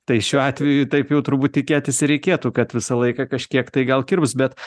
tai šiuo atveju taip jau turbūt tikėtis ir reikėtų kad visą laiką kažkiek tai gal kirps bet